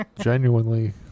genuinely